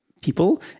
people